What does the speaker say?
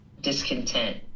discontent